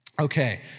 Okay